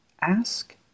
ask